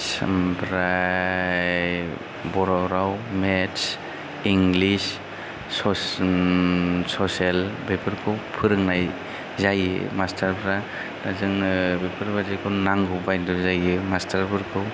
ओमफ्राय बर' राव मेत्स इंलिस ससियेल बेफोरखौ फोरोंनाय जायो मास्तारफ्रा जोङो बेफोर बादिखौ नांगौ बायद्द' जायो मास्तारफोरखौ